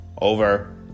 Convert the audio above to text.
Over